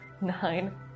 nine